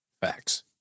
Facts